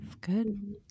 Good